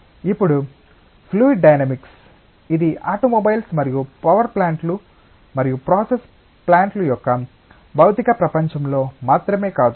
ఇప్పుడు fluid dynamics ఇది automobiles మరియు పవర్ ప్లాంట్లు మరియు ప్రాసెస్ ప్లాంట్ల యొక్క భౌతిక ప్రపంచంలో మాత్రమే కాదు